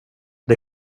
det